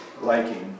liking